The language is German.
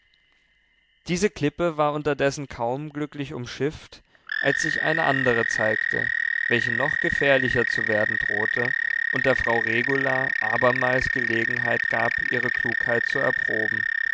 diese klippe war unterdessen kaum glücklich umschifft als sich eine andere zeigte welche noch gefährlicher zu werden drohte und der frau regula abermals gelegenheit gab ihre klugheit zu erproben